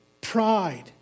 pride